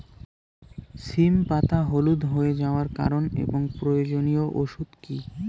সিম পাতা হলুদ হয়ে যাওয়ার কারণ এবং প্রয়োজনীয় ওষুধ কি?